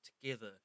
together